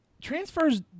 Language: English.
transfers